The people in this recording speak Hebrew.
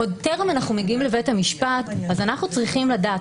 עוד טרם אנחנו מגיעים לבית המשפט אנחנו צריכים לדעת,